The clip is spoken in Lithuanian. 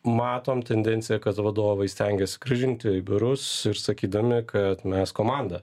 matom tendenciją kad vadovai stengiasi grąžinti į biurus ir sakydami kad mes komanda